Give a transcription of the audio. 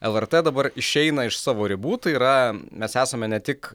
lrt dabar išeina iš savo ribų tai yra mes esame ne tik